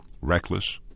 Reckless